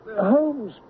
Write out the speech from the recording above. Holmes